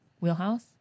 wheelhouse